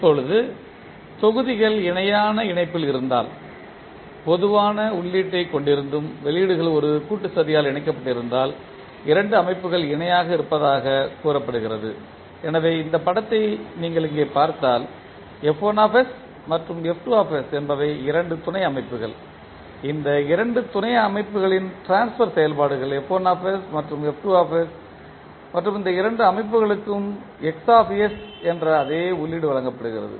இப்போது தொகுதிகள் இணையான இணைப்பில் இருந்தால் பொதுவான உள்ளீட்டைக் கொண்டிருந்தும் வெளியீடுகள் ஒரு கூட்டுச் சதியால் இணைக்கப்பட்டிருந்தால் இரண்டு அமைப்புகள் இணையாக இருப்பதாகக் கூறப்படுகிறது எனவே இந்த படத்தை நீங்கள் இங்கே பார்த்தால் மற்றும் என்பவை இரண்டு துணை அமைப்புகள் இந்த இரண்டு துணை அமைப்புகளின் ட்ரான்ஸ்பர் செயல்பாடுகள் மற்றும் மற்றும் இந்த இரண்டு அமைப்புகளுக்கும் என்ற அதே உள்ளீடு வழங்கப்படுகிறது